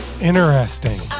interesting